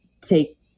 take